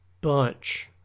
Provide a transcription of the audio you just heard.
bunch